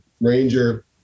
ranger